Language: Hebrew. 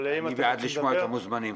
אני בעד לשמוע את המוזמנים.